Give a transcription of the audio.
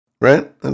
Right